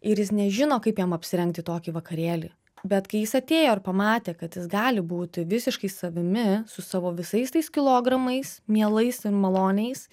ir jis nežino kaip jam apsirengt į tokį vakarėlį bet kai jis atėjo ir pamatė kad jis gali būti visiškai savimi su savo visais tais kilogramais mielais ir maloniais